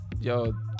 yo